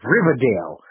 Riverdale